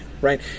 right